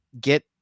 get